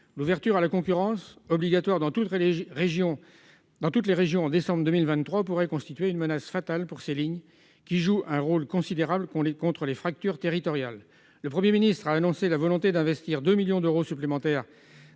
L'ouverture à la concurrence, obligatoire dans toutes les régions en décembre 2023, pourrait constituer une menace fatale pour ces lignes, qui jouent un rôle considérable contre les fractures territoriales. Le Premier ministre a annoncé sa volonté d'investir 200 millions d'euros supplémentaires